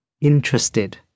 interested